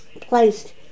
placed